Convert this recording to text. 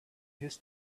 his